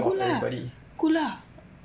cool lah cool lah